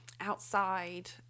outside